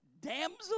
damsel